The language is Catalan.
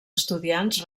estudiants